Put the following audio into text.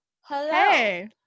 hello